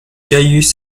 gaius